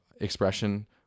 expression